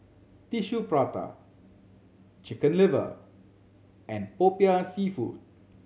Tissue Prata Chicken Liver and Popiah Seafood